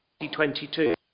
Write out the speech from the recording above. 2022